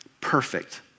perfect